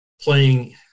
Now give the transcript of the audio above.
playing